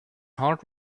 heart